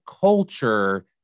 culture